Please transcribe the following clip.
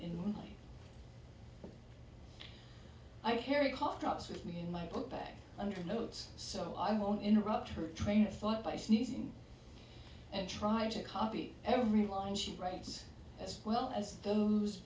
life i carry cough drops with me in my book back under notes so i won't interrupt her train of thought by sneezing and trying to copy every line she writes as well as those